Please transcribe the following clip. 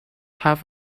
have